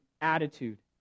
attitude